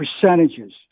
percentages